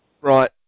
Right